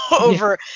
over